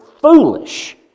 foolish